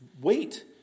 wait